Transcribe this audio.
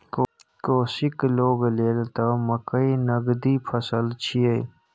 कोशीक लोग लेल त मकई नगदी फसल छियै